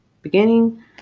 beginning